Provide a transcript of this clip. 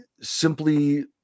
simply